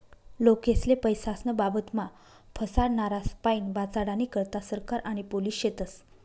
लोकेस्ले पैसास्नं बाबतमा फसाडनारास्पाईन वाचाडानी करता सरकार आणि पोलिस शेतस